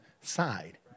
side